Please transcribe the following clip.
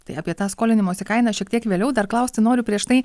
tai apie tą skolinimosi kainą šiek tiek vėliau dar klausti noriu prieš tai